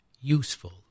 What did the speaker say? useful